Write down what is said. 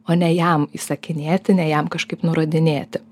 o ne jam įsakinėti ne jam kažkaip nurodinėti